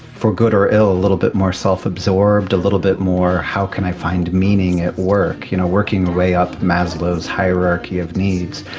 for good or ill, a little bit more self-absorbed, a little bit more how can i find meaning at work, you know your way up maslow's hierarchy of needs.